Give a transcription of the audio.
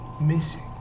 Missing